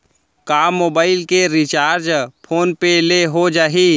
का मोबाइल के recharge PhonePe ले हो जाही?